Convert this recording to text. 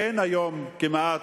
אין היום, כמעט,